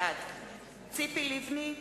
בעד ציפי לבני,